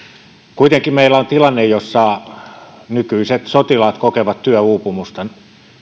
kuitenkin meillä on tilanne jossa nykyiset sotilaat kokevat työuupumusta